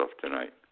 tonight